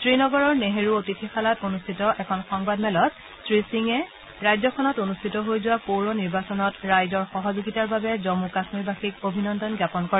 শ্ৰীনগৰৰ নেহৰু অতিথিশালাত অনুষ্ঠিত এখন সংবাদ মেলত শ্ৰীসিঙে ৰাজ্যখনত অনুষ্ঠিত হৈ যোৱা পৌৰ নিৰ্বাচনত ৰাইজৰ সহযোগিতাৰ বাবে জম্ম কাশ্মীৰবাসীক অভিনন্দন জ্ঞাপন কৰে